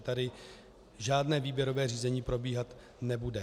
Tady žádné výběrové řízení probíhat nebude.